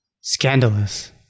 scandalous